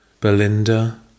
Belinda